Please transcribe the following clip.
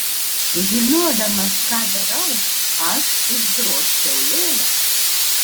žinodamas ką darau aš išdrožčiau lėlę